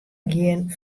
gjin